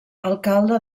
alcalde